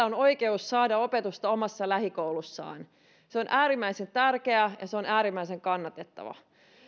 on oikeus saada opetusta omassa lähikoulussaan on äärimmäisen tärkeä ja se on äärimmäisen kannatettava